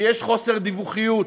שיש חוסר דיווחיות,